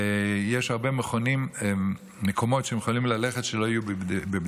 ויש הרבה מקומות שהם יכולים ללכת אליהם כדי שלא יהיו בבדידות.